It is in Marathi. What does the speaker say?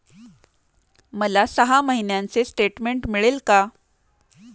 मला सहा महिन्यांचे स्टेटमेंट मिळेल का?